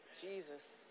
Jesus